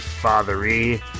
Fathery